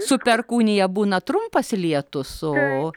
su perkūnija būna trumpas lietus o